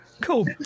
cool